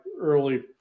early